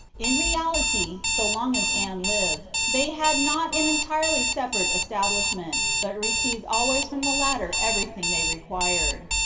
in reality, so long as anne lived, they had not an entirely separate establishment, but re ceived always from the latter everything they required.